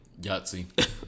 Yahtzee